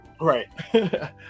right